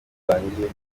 utangiye